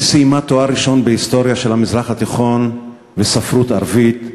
היא סיימה תואר ראשון בהיסטוריה של המזרח התיכון וספרות ערבית,